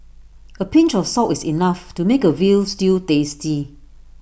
A pinch of salt is enough to make A Veal Stew tasty